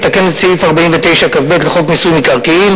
והוא מתקן את סעיף 49כב לחוק מיסוי מקרקעין,